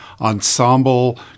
ensemble